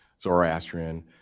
Zoroastrian